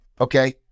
okay